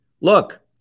look